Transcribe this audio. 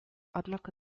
однако